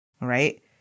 right